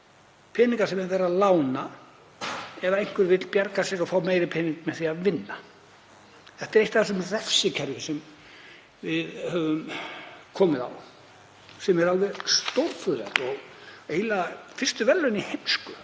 peninga sem verið er að lána ef einhver vill bjarga sér og fá meiri pening með því að vinna? Þetta er eitt af þessum refsikerfum sem við höfum komið á, sem er alveg stórfurðulegt og eiginlega fyrstu verðlaun í heimsku